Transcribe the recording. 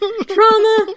Trauma